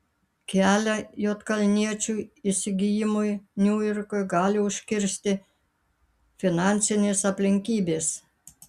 kelią juodkalniečio įsigijimui niujorkui gali užkirsti finansinės aplinkybės